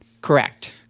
Correct